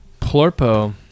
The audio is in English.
Plurpo